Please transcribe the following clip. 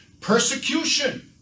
Persecution